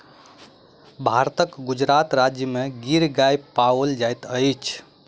भारतक गुजरात राज्य में गिर गाय पाओल जाइत अछि